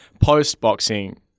post-boxing